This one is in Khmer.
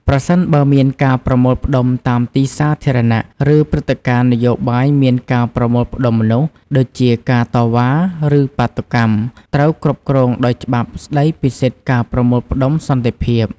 ប្រសិនបើមានការប្រមូលផ្តុំតាមទីសាធារណៈ ឬព្រឹត្តិការណ៍នយោបាយមានការប្រមូលផ្តុំមនុស្ស ដូចជា ការតវ៉ា ឬបាតុកម្ម ត្រូវគ្រប់គ្រងដោយច្បាប់ស្ដីពីសិទ្ធិការប្រមូលផ្តុំសន្តិភាព។